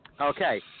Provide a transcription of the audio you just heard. Okay